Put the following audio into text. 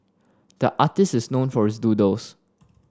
the artist is known for his doodles